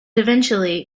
eventually